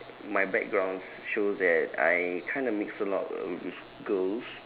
my backgrounds shows that I kind of mix a lot uh with girls